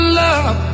love